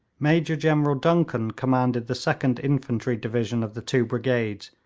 major-general duncan commanded the second infantry division of the two brigades,